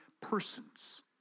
persons